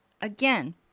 again